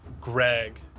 Greg